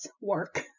work